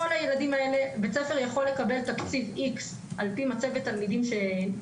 בית ספר יכול לקבל תקציב מסוים על פי מצבת התלמידים שנסגרת,